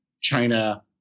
China